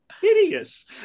hideous